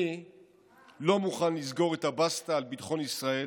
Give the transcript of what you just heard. אני לא מוכן לסגור את הבסטה על ביטחון ישראל,